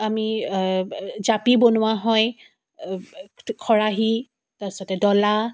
আমি জাপি বনোৱা হয় খৰাহী তাৰপিছতে ডলা